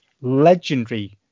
legendary